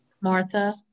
Martha